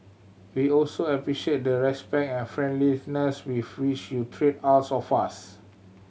we also appreciate the respect and friendliness with which you treat all of us